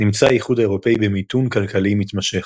נמצא האיחוד האירופי במיתון כלכלי מתמשך,